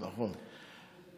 נכון.